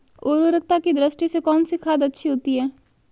उर्वरकता की दृष्टि से कौनसी खाद अच्छी होती है?